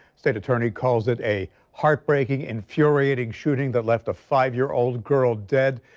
state attorney calls it a heartbreaking infuriating shooting that left a five year-old girl dead.